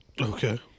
Okay